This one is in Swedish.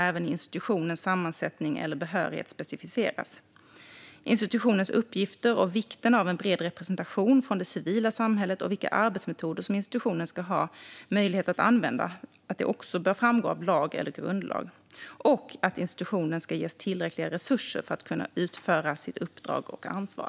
Även institutionens sammansättning eller behörighet specificeras där. Av FN:s Parisprinciper framgår också institutionens uppgifter och vikten av en bred representation från det civila samhället och vilka arbetsmetoder som institutionen ska ha möjlighet att använda. Uppdraget bör framgå av lag eller grundlag, och institutionen ska ges tillräckliga resurser för att kunna utföra sitt uppdrag och ansvar.